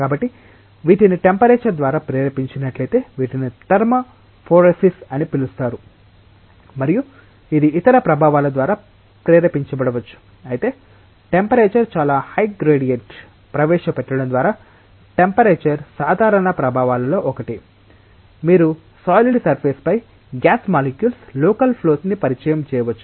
కాబట్టి వీటిని టెంపరేచర్ ద్వారా ప్రేరేపించినట్లయితే వీటిని థర్మోఫోరేసిస్ అని పిలుస్తారు మరియు ఇది ఇతర ప్రభావాల ద్వారా ప్రేరేపించబడవచ్చు అయితే టెంపరేచర్ చాలా హై గ్రేడియoట్ ప్రవేశపెట్టడం ద్వారా టెంపరేచర్ సాధారణ ప్రభావాలలో ఒకటి మీరు సాలిడ్ సర్ఫేస్ పై గ్యాస్ మాలిక్యూల్స్ లోకల్ ఫ్లో ని పరిచయం చేయవచ్చు